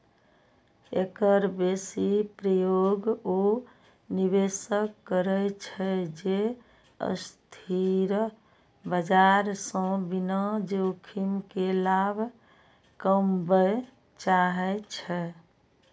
एकर बेसी प्रयोग ओ निवेशक करै छै, जे अस्थिर बाजार सं बिना जोखिम के लाभ कमबय चाहै छै